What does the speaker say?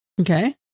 Okay